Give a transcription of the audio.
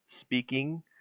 speaking